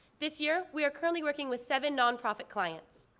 this year we are currently working with seven non-profit clients.